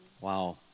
Wow